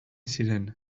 ziren